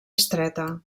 estreta